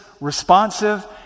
responsive